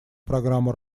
программу